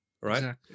Right